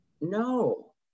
No